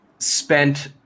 spent